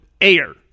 air